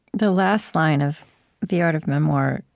the last line of the art of memoir,